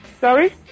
Sorry